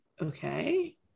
okay